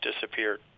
disappeared